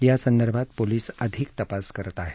यासंदर्भात पोलीस अधिक तपास करत आहेत